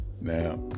now